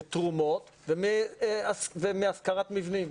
מתרומות ומהשכרת מבנים.